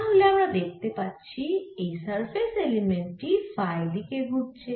তাহলে আমরা দেখতে পাচ্ছি এই সারফেস এলিমেন্ট টি ফাই দিকে ঘুরছে